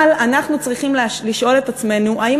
אבל אנחנו צריכים לשאול את עצמנו האם